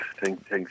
Thanks